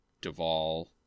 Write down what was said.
Duvall